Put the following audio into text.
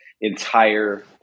entire